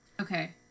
okay